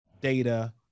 data